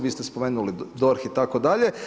Vi ste spomenuli DORH itd.